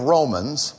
Romans